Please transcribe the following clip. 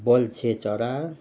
बल्छे चरा